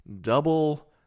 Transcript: double